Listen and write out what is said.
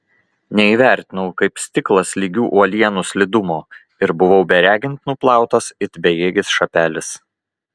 neįvertinau kaip stiklas lygių uolienų slidumo ir buvau beregint nuplautas it bejėgis šapelis